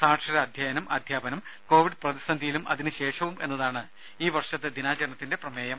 സാക്ഷര അധ്യയനം അധ്യാപനം കോവിഡ് പ്രതിസന്ധിയിലും അതിനുശേഷവും എന്നതാണ് ഈ വർഷത്തെ ദിനാചരണത്തിന്റെ പ്രമേയം